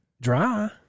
dry